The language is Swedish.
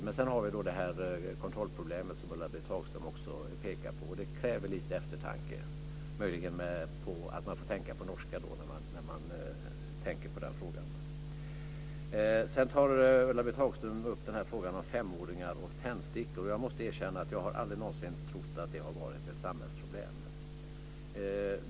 Men sedan har vi då det kontrollproblem som Ulla-Britt Hagström också pekar på. Det kräver lite eftertanke. Möjligen får man tänka på norska när man tänker på den frågan. Ulla-Britt Hagström tar även upp frågan om femåringar och tändstickor. Jag måste erkänna att jag aldrig någonsin har trott att det har varit ett samhällsproblem.